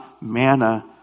manna